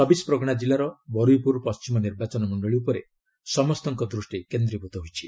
ଚବିଶ ପ୍ରଗଣା ଜିଲ୍ଲାର ବରୁଇପୁର ପଶ୍ଚିମ ନିର୍ବାଚନ ମଣ୍ଡଳୀ ଉପରେ ସମସ୍ତଙ୍କ ଦୃଷ୍ଟି କେନ୍ଦ୍ରଭୃତ ହୋଇଛି